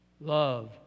Love